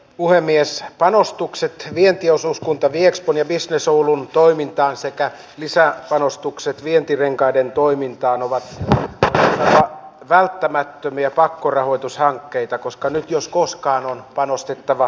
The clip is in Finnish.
puhemies panostukset vientiosuuskunta viexpon ja veistos oulun toimintaan sekä lisäpanostukset vientirenkaiden toimintaan ovat p millä tavalla tämä kotihoidon laadun parantamisen käynnistystyö on etenemässä